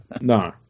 No